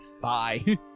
Bye